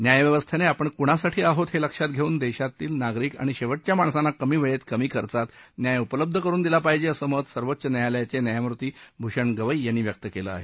न्यायव्यवस्थेने आपण कुणासाठी आहोत हे लक्षात घेऊन देशातील नागरिक आणि शेव उया माणसांना कमी वेळेत कमी खर्चात न्याय उपलब्ध करून दिला पाहिजे असं मत सर्वोच्च न्यायालयाचे न्यायमूर्ती भूषण गवई यांनी व्यक्त केलं आहे